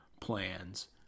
plans